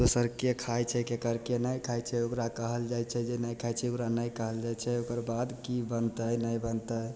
दोसरके खाइ छै केकर के नहि खाइ छै ओकरा कहल जाइ छै जे नहि खाइ छै ओकरा नहि कहल जाइ छै ओकरबाद कि बनतै नहि बनतै